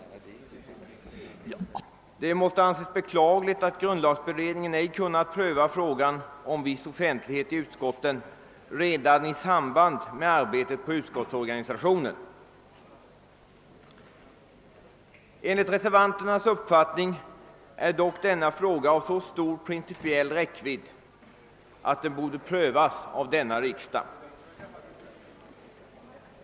Det måste anses beklagligt att grundlagberedningen ej kunnat pröva frågan om viss offentlighet i utskotten redan i samband med arbetet på utskottsorganisationen. Enligt reservanternas uppfattning är dock frågan av så stor principiell räckvidd, att den borde prövas av årets riksdag.